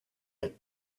had